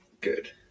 Good